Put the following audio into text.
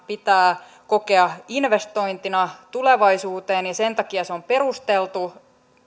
pitää kokea investointina tulevaisuuteen ja sen takia on perusteltua